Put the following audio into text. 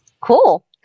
Cool